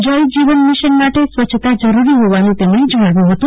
જલ Jeevan mission માટે સ્વચ્છતા જરૂરી હોવાનું તેમણે જણાવ્યુ હતું